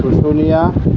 Susunia